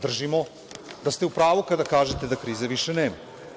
Držimo da ste u pravu kada kažete da krize više nema.